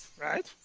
right.